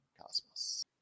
Cosmos